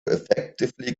effectively